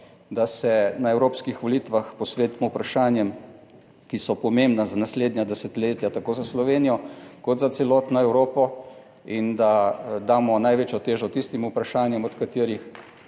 Da se na evropskih volitvah posvetimo vprašanjem, ki so pomembna za naslednja desetletja tako za Slovenijo kot za celotno Evropo. In da damo največjo težo tistim vprašanjem, od katerih